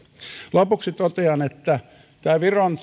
lopuksi totean tästä viron